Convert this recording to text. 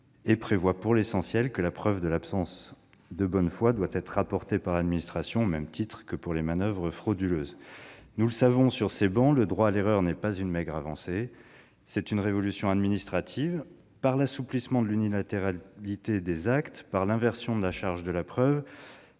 dispose, pour l'essentiel, que la preuve de l'absence de bonne foi doit être rapportée par l'administration, au même titre que pour les manoeuvres frauduleuses. Nous le savons sur ces travées, le droit à l'erreur n'est pas une maigre avancée : c'est une révolution administrative, par l'assouplissement de l'unilatéralité des actes, par l'inversion de la charge de la preuve,